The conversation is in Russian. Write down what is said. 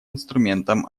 инструментом